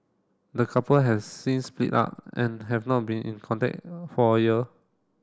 the couple have since split up and have not been in contact for a year